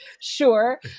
sure